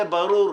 זה ברור.